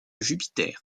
jupiter